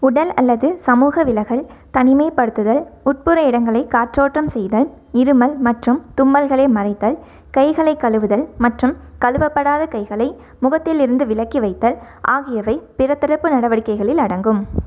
உடல் அல்லது சமூக விலகல் தனிமைப்படுத்தல் உட்புற இடங்களை காற்றோட்டம் செய்தல் இருமல் மற்றும் தும்மல்களை மறைத்தல் கைகளை கழுவுதல் மற்றும் கழுவப்படாத கைகளை முகத்தில் இருந்து விலக்கி வைத்தல் ஆகியவை பிற தடுப்பு நடவடிக்கைகளில் அடங்கும்